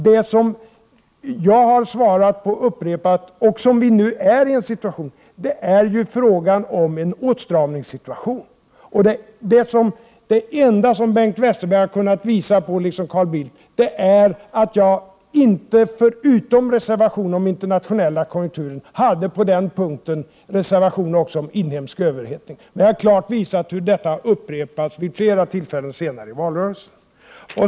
Det jag upprepade gånger har talat om är att vi nu är i en åtstramningssituation. Det enda som Bengt Westerberg liksom Carl Bildt har 119 kunnat visa på är att jag inte, förutom reservationen för den internationella konjunkturen, på den punkten hade en reservation för en inhemsk överhettning. Jag har klart visat hur reservation för åtstramning har upprepats vid flera tillfällen senare i valrörelsen.